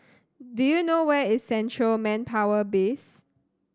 do you know where is Central Manpower Base